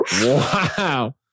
Wow